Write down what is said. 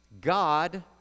God